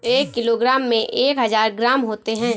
एक किलोग्राम में एक हजार ग्राम होते हैं